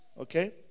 Okay